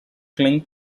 clink